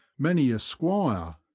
many a squire,